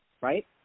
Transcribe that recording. right